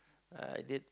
I did